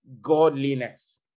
godliness